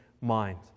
mind